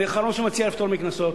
אני האחרון שמציע לפטור מקנסות.